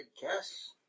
guess